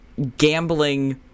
gambling